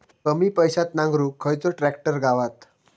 कमी पैशात नांगरुक खयचो ट्रॅक्टर गावात?